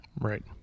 Right